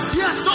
yes